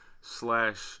slash